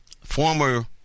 former